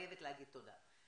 חייבת להגיד תודה.